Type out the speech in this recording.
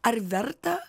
ar verta